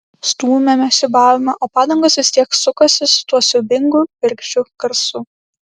stūmėme siūbavome o padangos vis tiek sukosi su tuo siaubingu bergždžiu garsu